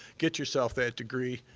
get yourself that degree,